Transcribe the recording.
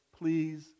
please